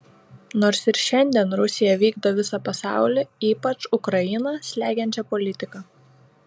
nors ir šiandien rusija vykdo visą pasaulį ypač ukrainą slegiančią politiką